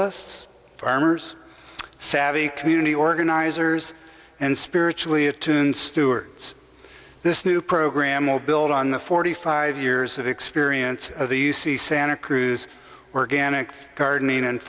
lists farmers savvy community organizers and spiritually attuned stewards this new program will build on the forty five years of experience of the u c santa cruz organic gardening and